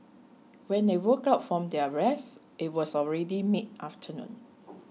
when they woke up from their rest it was already mid afternoon